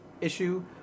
issue